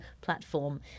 platform